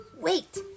Wait